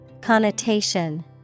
Connotation